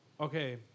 Okay